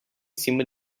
cima